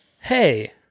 Hey